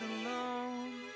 alone